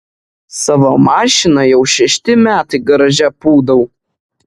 savo mašiną jau šešti metai garaže pūdau